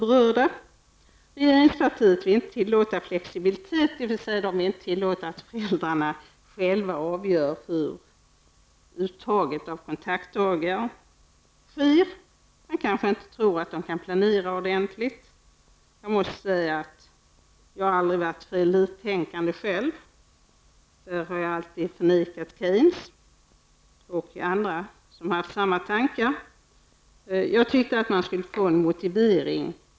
Regeringen vill inte tillåta flexibilitet, dvs. man vill inte tillåta föräldrarna att själva avgöra hur uttaget av kontaktdagar skall ske. Man kanske inte tror att föräldrarna kan planera ordentligt. Jag har aldrig varit för elittänkande själv. Därför har jag alltid förnekat Keynes och andra som har haft samma tankar. Jag tycker att det skall finnas en motivering.